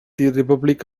republic